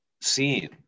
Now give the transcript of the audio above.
seen